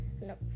No